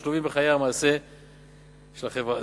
השלובים בחיי המעשה של החברה הישראלית.